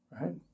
Right